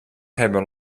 hebben